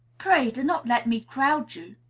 pray, do not let me crowd you,